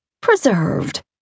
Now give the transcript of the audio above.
preserved